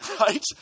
right